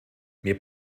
mir